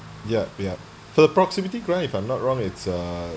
yup yup the proximity grant if I'm not wrong it's uh